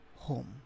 home